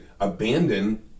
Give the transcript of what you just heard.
abandon